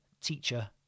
teacher